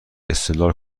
استدلال